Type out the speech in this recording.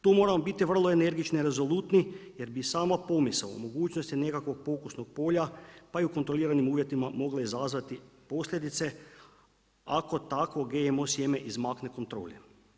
Tu moramo biti vrlo energični, rezolutni jer bi sama pomisao u mogućnosti nekakvog pokusnog polja pa i u kontroliranim uvjetima mogla izazivati posljedice ako tako GMO sjeme izmakne kontroli.